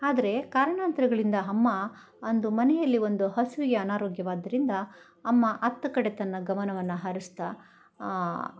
ಆದರೆ ಕಾರಣಾಂತರಗಳಿಂದ ಅಮ್ಮ ಅಂದು ಮನೆಯಲ್ಲಿ ಒಂದು ಹಸುವಿಗೆ ಅನಾರೋಗ್ಯವಾದ್ರಿಂದ ಅಮ್ಮ ಅತ್ತ ಕಡೆ ತನ್ನ ಗಮನವನ್ನು ಹರಿಸ್ತಾ ಆಂ